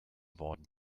worden